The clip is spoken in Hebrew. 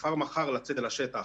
וכבר מחר לצאת אל השטח.